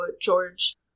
george